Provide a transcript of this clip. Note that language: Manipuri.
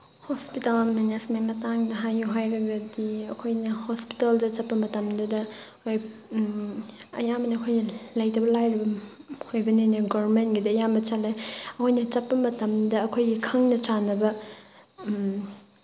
ꯍꯣꯁꯄꯤꯇꯥꯜ ꯃꯦꯅꯦꯖꯃꯦꯟ ꯃꯇꯥꯡꯗ ꯍꯥꯏꯌꯣ ꯍꯥꯏꯔꯒꯗꯤ ꯑꯩꯈꯣꯏꯅ ꯍꯣꯁꯄꯤꯇꯥꯜꯗ ꯆꯠꯄ ꯃꯇꯝꯗꯨꯗ ꯑꯌꯥꯝꯕꯅ ꯑꯩꯈꯣꯏꯅ ꯂꯩꯇꯕ ꯂꯥꯏꯔꯕ ꯑꯣꯏꯕꯅꯤꯅ ꯒꯣꯔꯃꯦꯟꯒꯤꯗ ꯑꯌꯥꯝꯕ ꯆꯠꯂꯦ ꯑꯩꯈꯣꯏꯅ ꯆꯠꯄ ꯃꯇꯝꯗ ꯑꯩꯈꯣꯏꯒꯤ ꯈꯪꯅ ꯆꯥꯟꯅꯕ